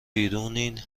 بیرونین